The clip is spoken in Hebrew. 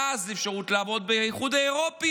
ואז יש אפשרות לעבוד באיחוד האירופי